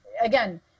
again